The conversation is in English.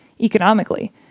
economically